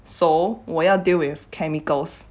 so 我要 deal with chemicals